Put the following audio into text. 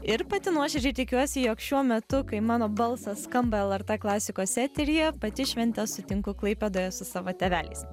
ir pati nuoširdžiai tikiuosi jog šiuo metu kai mano balsas skamba lrt klasikos eteryje pati šventes sutinku klaipėdoje su savo tėveliais